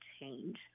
change